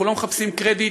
אנחנו לא מחפשים קרדיט,